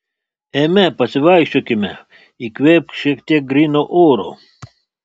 eime pasivaikščiokime įkvėpk šiek tiek gryno oro